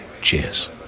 Cheers